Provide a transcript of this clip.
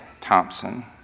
Thompson